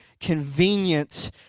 convenient